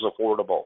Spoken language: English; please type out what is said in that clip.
affordable